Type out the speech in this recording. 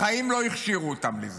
בחיים לא הכשירו אותן לזה.